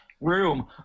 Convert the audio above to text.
room